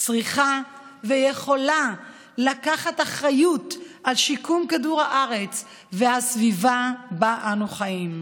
צריכה ויכולה לקחת אחריות על שיקום כדור הארץ והסביבה שבה אנו חיים.